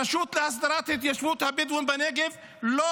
הרשות להסדרת התיישבות הבדואים בנגב לא